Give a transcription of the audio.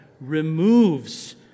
removes